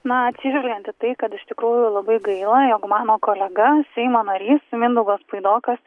na atsižvelgiant į tai kad iš tikrųjų labai gaila jog mano kolega seimo narys mindaugas puidokas